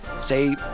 say